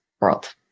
world